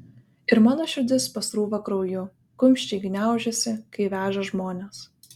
ir mano širdis pasrūva krauju kumščiai gniaužiasi kai veža žmones